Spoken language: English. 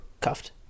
cuffed